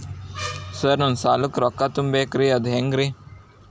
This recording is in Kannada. ಸರ್ ನನ್ನ ಸಾಲಕ್ಕ ರೊಕ್ಕ ತುಂಬೇಕ್ರಿ ಅದು ಹೆಂಗ್ರಿ?